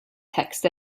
text